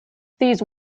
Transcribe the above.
these